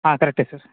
ఆ కరక్టే సార్